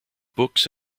books